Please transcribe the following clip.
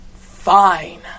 fine